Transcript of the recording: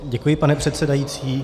Děkuji, pane předsedající.